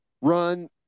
Run